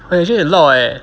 eh actually a lot leh